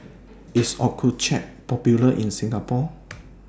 IS Accucheck Popular in Singapore